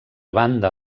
banda